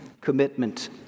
Commitment